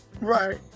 Right